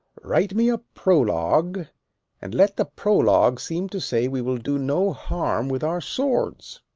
write me a prologue and let the prologue seem to say we will do no harm with our swords,